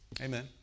Amen